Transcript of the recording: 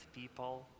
people